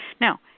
Now